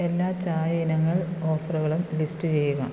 എല്ലാ ചായ ഇനങ്ങൾ ഓഫറുകളും ലിസ്റ്റ് ചെയ്യുക